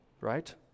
right